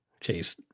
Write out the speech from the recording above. Chase